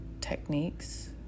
techniques